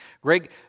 Greg